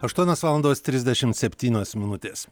aštuonios valandos trisdešim septynios minutės